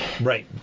Right